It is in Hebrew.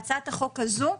הצעת החוק הזאת,